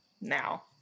now